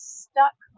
stuck